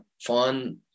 fun